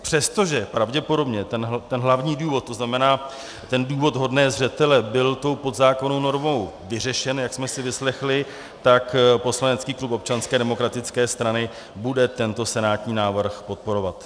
Přestože pravděpodobně ten hlavní důvod, to znamená ten důvod vhodný zřetele, byl tou podzákonnou normou vyřešen, jak jsme si vyslechli, tak poslanecký klub Občanské demokratické strany bude tento senátní návrh podporovat.